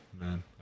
man